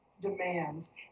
demands